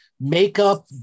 makeup